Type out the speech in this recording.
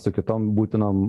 su kitom būtinom